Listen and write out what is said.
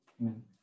Amen